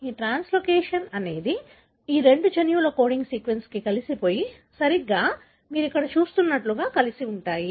ఈ ట్రాన్స్లోకేషన్ అనేది ఈ రెండు ఈ రెండు జన్యువుల కోడింగ్ సీక్వెన్స్ కలిసిపోయి సరిగ్గా మీరు ఇక్కడ చూస్తున్నట్లుగా కలిసి ఉంటాయి